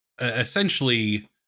essentially